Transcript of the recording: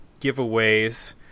giveaways